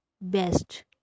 best